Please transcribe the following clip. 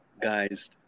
guys